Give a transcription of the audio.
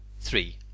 Three